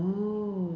oh